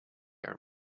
are